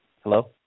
Hello